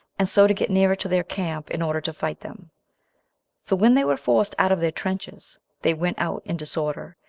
and so to get nearer to their camp, in order to fight them for when they were forced out of their trenches, they went out in disorder,